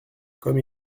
comme